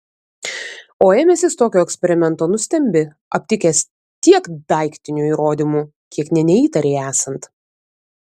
o ėmęsis tokio eksperimento nustembi aptikęs tiek daiktinių įrodymų kiek nė neįtarei esant